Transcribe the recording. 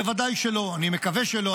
בוודאי שלא, אני מקווה שלא.